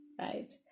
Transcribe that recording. right